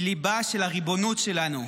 היא ליבה של הריבונות שלנו,